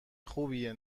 خوبیه